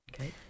Okay